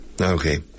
Okay